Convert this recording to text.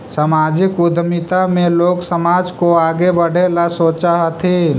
सामाजिक उद्यमिता में लोग समाज को आगे बढ़े ला सोचा हथीन